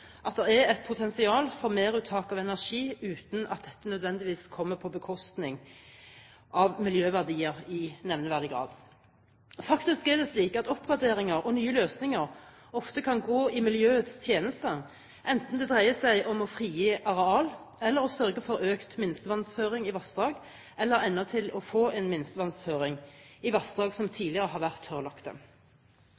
at det er et potensial for meruttak av energi uten at dette nødvendigvis går på bekostning av miljøverdier i nevneverdig grad. Faktisk er det slik at oppgraderinger og nye løsninger ofte kan gå i miljøets tjeneste, enten det dreier seg om å frigi areal eller å sørge for økt minstevannføring i vassdrag, eller endatil å få en minstevannføring i vassdrag som